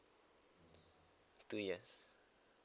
two years